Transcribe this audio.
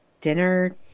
dinner